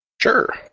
Sure